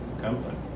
company